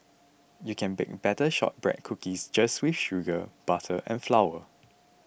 you can bake Shortbread Cookies just with sugar butter and flour